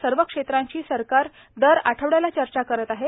सर्व क्षेत्रांशी सरकार दर आठवड्याला चर्चा करत आहे